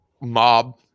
mob